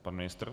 Pan ministr?